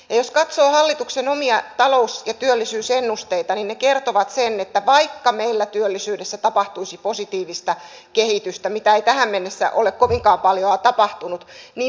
jos katsoo hallituksen omia talous ja työllisyysennusteita niin ne kertovat sen että vaikka meillä työllisyydessä tapahtuisi positiivista kehitystä mitä ei tähän mennessä ole kovinkaan paljoa tapahtunut niin pitkäaikaistyöttömyys kasvaa